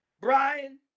Brian